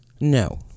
No